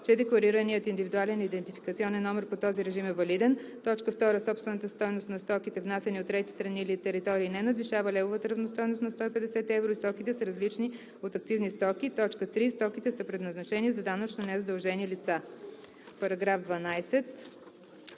че декларираният индивидуален идентификационен номер по този режим е валиден; 2. собствената стойност на стоките, внасяни от трети страни или територии, не надвишава левовата равностойност на 150 евро и стоките са различни от акцизни стоки; 3. стоките са предназначени за данъчно незадължени лица.“ По § 12.